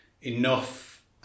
enough